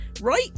Right